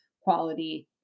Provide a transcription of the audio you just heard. quality